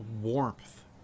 warmth